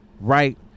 Right